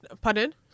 pardon